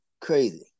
crazy